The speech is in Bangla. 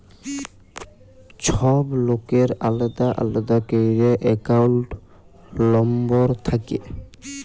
ছব লকের আলেদা আলেদা ক্যইরে একাউল্ট লম্বর থ্যাকে